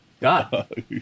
God